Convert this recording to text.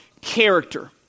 character